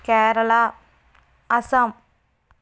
Kerala Assam